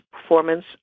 performance